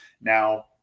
Now